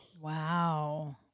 Wow